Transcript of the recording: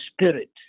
spirit